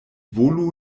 volu